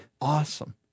awesome